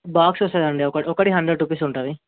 box వస్తుంది అండి ఒక ఒక్కటి హండ్రెడ్ రూపీస్ ఉంటుంది